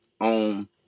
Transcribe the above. on